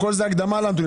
כל זה הקדמה לנתונים.